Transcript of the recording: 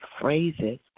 phrases